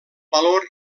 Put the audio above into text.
valor